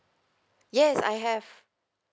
yes I have